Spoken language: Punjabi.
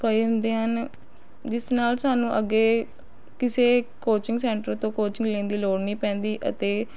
ਪਏ ਹੁੰਦੇ ਹਨ ਜਿਸ ਨਾਲ ਸਾਨੂੰ ਅੱਗੇ ਕਿਸੇ ਕੌਚਿੰਗ ਸੈਂਟਰ ਤੋਂ ਕੌਚਿੰਗ ਲੈਣ ਦੀ ਲੋੜ ਨਹੀਂ ਪੈਂਦੀ ਅਤੇ